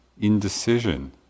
indecision